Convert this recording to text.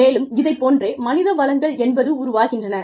மேலும் இதைப் போன்றே மனித வளங்கள் என்பது உருவாகின்றன